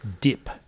Dip